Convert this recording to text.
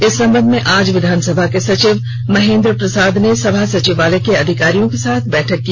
इस संबंध में आज विधानसभा के सचिव महेंद्र प्रसाद ने सभा सचिवालय के अधिकारियों के साथ बैठक की